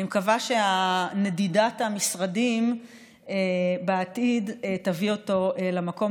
אני מקווה שנדידת המשרדים בעתיד תביא אותה למקום